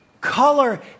color